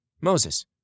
Moses